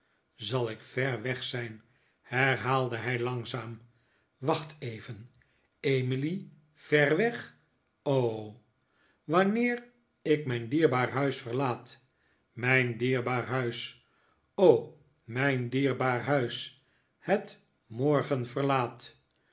zal ik ver weg zijn herhaalde hij langzaam wacht even emily ver weg o wanneer ik mijn dierbaar huis verlaat mijn dierbaar huis o mijn dierbaar huis het morgen verlaat